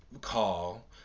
call